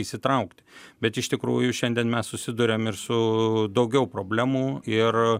įsitraukti bet iš tikrųjų šiandien mes susiduriam ir su daugiau problemų ir